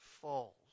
falls